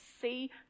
see